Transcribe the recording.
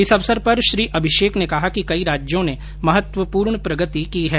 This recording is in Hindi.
इस अवसर पर श्री अभिषेक ने कहा कि कई राज्यों ने महत्वपूर्ण प्रगति की है